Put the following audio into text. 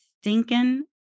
stinking